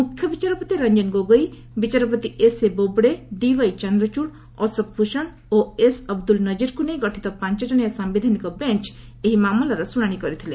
ମୁଖ୍ୟ ବିଚାରପତି ରଞ୍ଜନ ଗୋଗୋଇ ବିଚାରପତି ଏସ୍ଏ ବୋବଡ଼େ ଡିୱାଇ ଚନ୍ଦ୍ରଚୂଡ଼ ଅଶୋକ ଭୂଷଣ ଓ ଏସ୍ ଅବଦୁଲ୍ ନଜିରଙ୍କୁ ନେଇ ଗଠିତ ପାଞ୍ଚ କଶିଆ ସାୟିଧାନିକ ବେଞ୍ଚ୍ ଏହି ମାମଲାର ଶୁଣାଣି କରିଥିଲେ